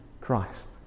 Christ